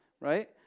right